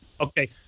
Okay